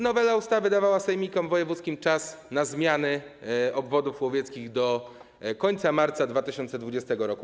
Nowela ustawy dawała sejmikom wojewódzkim czas na zmiany obwodów łowieckich do końca marca 2020 r.